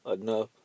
enough